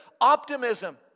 Optimism